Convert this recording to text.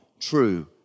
true